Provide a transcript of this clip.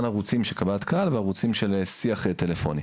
ערוצים של קבלת קהל וערוצים של שיח טלפוני.